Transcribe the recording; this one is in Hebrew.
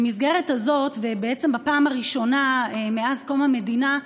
במסגרת הזאת, ובעצם בפעם הראשונה מאז קום המדינה,